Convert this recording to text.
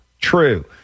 true